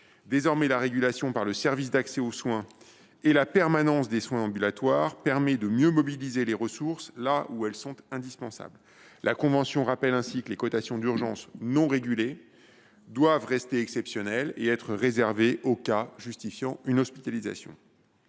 Désormais, la régulation par le service d’accès aux soins et la permanence des soins ambulatoires permet de mieux mobiliser les ressources là où elles sont indispensables. La convention rappelle ainsi que les cotations d’urgence non régulées doivent rester exceptionnelles et être réservées aux cas justifiant une hospitalisation.